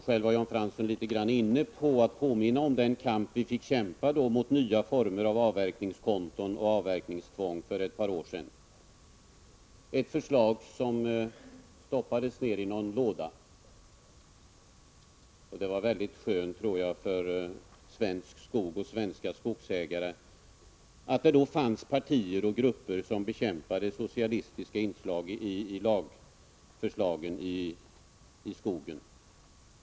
Själv var han litet grand inne på att påminna om den kamp vi fick kämpa mot nya former av avverkningskonton och avverkningstvång för ett par år sedan. Det förslaget stoppades sedan i någon låda. Jag tror att det var väldigt skönt för svensk skog och svenska skogsägare att det då fanns partier och grupper som bekämpade socialistiska inslag i skogsvårdslagstiftningen.